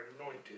anointed